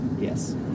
Yes